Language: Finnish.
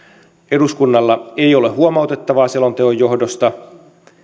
eduskunnalla ei ole huomautettavaa selonteon johdosta